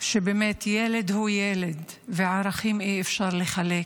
שבאמת ילד הוא ילד, ערכים אי-אפשר לחלק,